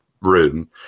room